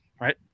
right